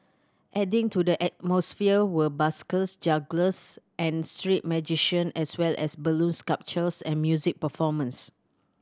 adding to the atmosphere were buskers jugglers and street magician as well as balloon sculptures and music performances